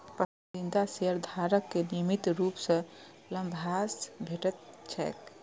पसंदीदा शेयरधारक कें नियमित रूप सं लाभांश भेटैत छैक